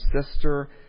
sister